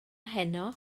heno